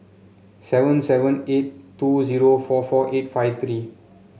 seven seven eight two zero four four eight five three